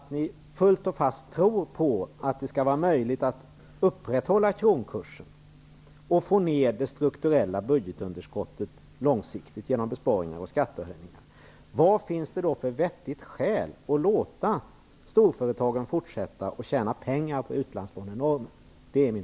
Om ni fullt och fast tror på att det skall vara möjligt att upprätthålla kronkursen och få ned det strukturella budgetunderskottet långsiktigt med hjälp av besparingar och skattehöjningar, vad finns det för vettigt skäl att låta storföretagen fortsätta att tjäna pengar på utlandslånenormen?